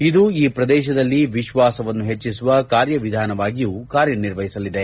ಇದು ಈ ಪ್ರದೇಶದಲ್ಲಿ ವಿಶ್ವಾಸವನ್ನು ಹೆಚ್ಚಿಸುವ ಕಾರ್ಯ ವಿಧಾನವಾಗಿಯೂ ಕಾರ್ಯನಿರ್ವಹಿಸುತ್ತದೆ